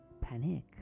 panic